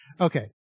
okay